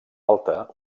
alta